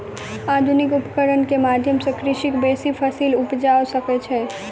आधुनिक उपकरण के माध्यम सॅ कृषक बेसी फसील उपजा सकै छै